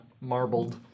Marbled